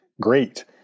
great